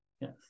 Yes